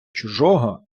чужого